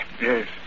Yes